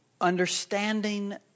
understanding